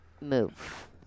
move